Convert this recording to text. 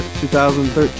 2013